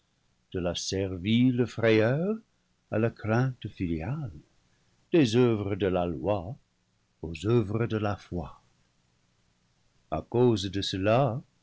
de la servile frayeur à la crainte filiale des oeuvres de la loi aux oeuvres de la foi a cause de cela